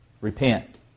repent